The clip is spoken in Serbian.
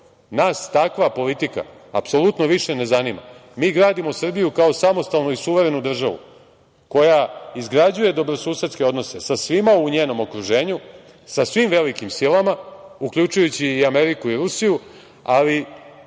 Nas takva politika apsolutno više ne zanima. Mi gradimo Srbiju kao samostalnu i suverenu državu koja izgrađuje dobrosusedske odnose sa svima u njenom okruženju, sa svim velikim silama, uključujući i Ameriku i Rusiju, ali